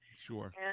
sure